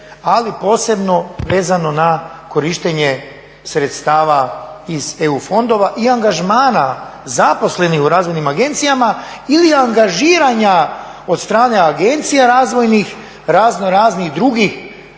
ali posebno vezano na korištenje sredstava iz EU fondova i angažmana zaposlenih u razvojnim agencijama ili angažiranja od strane agencija razvojnih, razno raznih drugih